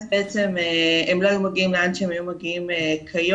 אז בעצם הם לא היו מגיעים לאן שהם הגיעו כיום.